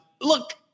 Look